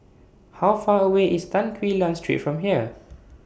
How Far away IS Tan Quee Lan Street from here